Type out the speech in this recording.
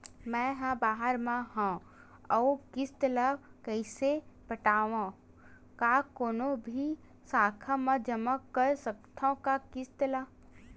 मैं हा बाहिर मा हाव आऊ किस्त ला कइसे पटावव, का कोनो भी शाखा मा जमा कर सकथव का किस्त ला?